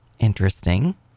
interesting